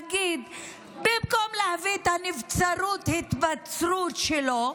ובמקום להביא את הנבצרות-התבצרות שלו,